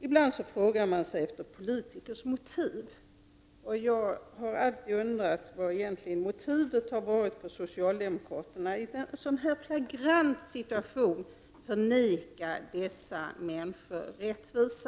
Ibland undrar man över politikernas motiv, och jag har alltid undrat vilket motiv socialdemokraterna har haft att i en så här flagrant situation förvägra dessa människor rättvisa.